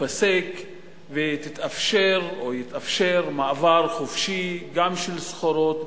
ייפסק ותתאפשר או יתאפשר מעבר חופשי גם של סחורות,